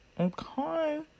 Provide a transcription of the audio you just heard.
Okay